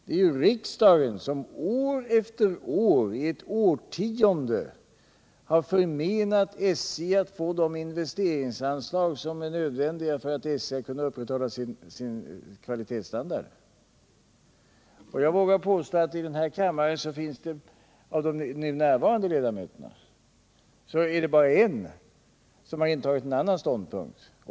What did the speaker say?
Det är ju riksdagen som år efter år i ett årtionde har förmenat SJ de investeringsanslag som är nödvändiga för att SJ skall kunna upprätthålla sin kvalitetsstandard. Jag vågar påstå att av de nu närvarande ledamöterna i den här kammaren är det bara en som intagit en annan ståndpunkt.